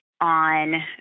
on